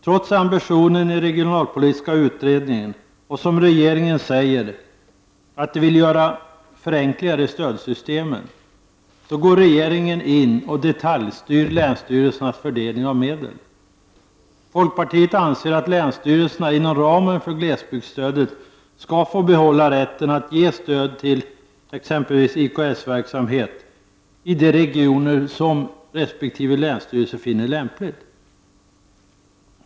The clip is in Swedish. Trots den ambition som kommer till uttryck i regionalpolitiska utredningen — regeringen säger ju att strävan är att åstadkomma förenklingar i stödsystemen — går regeringen in och detaljstyr länsstyrelsernas fördelning av medel. Folkpartiet anser att länsstyrelserna inom ramen för glesbygdsstödet skall få behålla rätten att ge stöd till exempelvis IKS-verksamhet i de regioner där resp. länsstyrelse finner lämpligt.